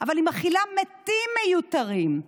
היא מכילה מתים מיותרים,